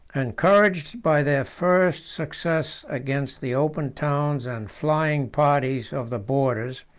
encouraged by their first success against the open towns and flying parties of the borders,